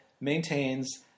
maintains